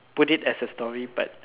put it as a story but